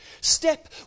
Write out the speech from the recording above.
step